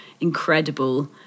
incredible